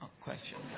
question